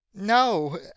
No